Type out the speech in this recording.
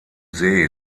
see